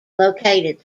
located